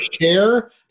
share